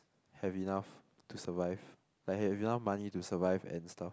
have enough to survive like have enough money to survive and stuff